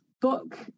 book